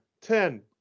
ten